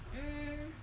mm